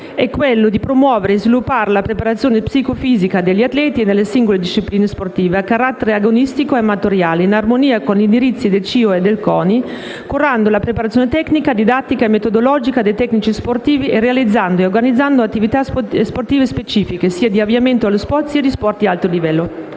invece, è promuovere e sviluppare la preparazione psico-fisica degli atleti nelle singole discipline sportive a carattere agonistico e amatoriale, in armonia con gli indirizzi del CIO e del CONI, curando la preparazione tecnica, didattica e metodologica dei tecnici sportivi e realizzando e organizzando attività sportive specifiche, sia di avviamento allo sport sia di sport di alto livello.